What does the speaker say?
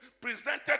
presented